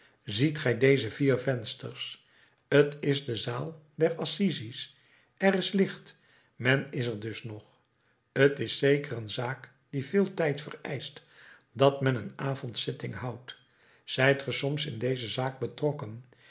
ziet gij deze vier vensters t is de zaal der assises er is licht men is er dus nog t is zeker een zaak die veel tijd vereischt dat men een avondzitting houdt zijt ge soms in deze zaak betrokken